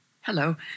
Hello